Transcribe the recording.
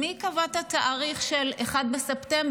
מי קבע את התאריך של 1 בספטמבר?